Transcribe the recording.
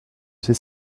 sait